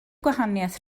gwahaniaeth